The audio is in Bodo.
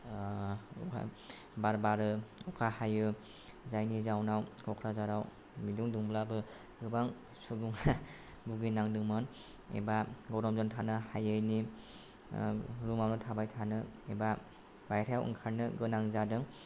बार बारो अखा हायो जायनि जाहोनाव क'कराझाराव बिदुं दुंब्लाबो गोबां सुबुङा बुगिनांदोंमोन एबा गरमजों थानो हायैनि रुमावनो थाबाय थानो एबा बाहेरायाव ओंखारनो गोनां जादों